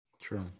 True